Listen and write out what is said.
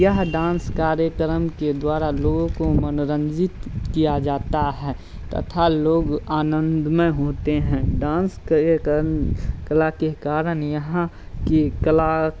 यह डांस कार्यक्रम के द्वारा लोगों को मनोरंजित किया जाता है तथा लोग आनंदमय होते हैं डांस कार्यक्रम कला के कारण यहाँ के कला